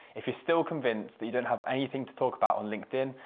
if you're still convinced that you don't have anything to talk about on linkedin,